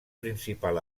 principal